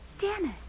Dennis